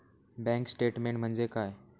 Bank statement म्हणजे काय?